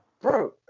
Bro